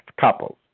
couples